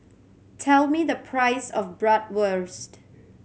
tell me the price of Bratwurst